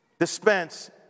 dispense